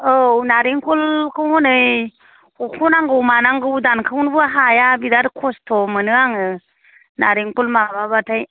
औ नारेंखलखौ हनै हख' नांगौ मानांगौ दानखावनोबो हाया बिराद खस्थ' मोनो आङो नारेंखल माबाबाथाय